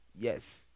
Yes